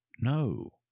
No